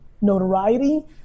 notoriety